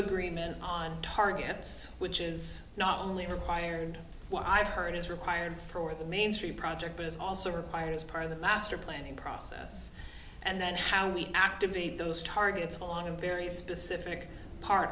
agreement on targets which is not only required what i've heard is required for the main street project but it's also required as part of the master planning process and then how we activate those targets on a very specific part